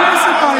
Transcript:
שב, שב.